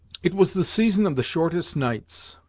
it was the season of the shortest nights,